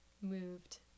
moved